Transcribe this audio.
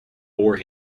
oar